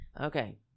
Okay